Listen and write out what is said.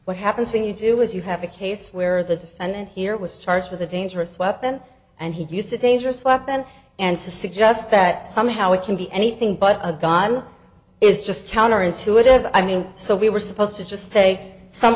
what happens when you do as you have a case where the and here was charged with a dangerous weapon and he used a dangerous weapon and to suggest that somehow it can be anything but a gun is just counterintuitive i mean so we were supposed to just say some